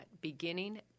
Beginning